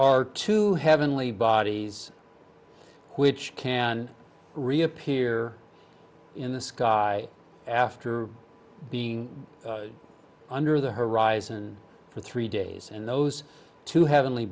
are two heavenly bodies which can reappear in the sky after being under the horizon for three days and those two have only